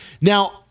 Now